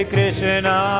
Krishna